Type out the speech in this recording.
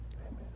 Amen